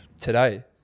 today